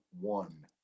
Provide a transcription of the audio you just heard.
one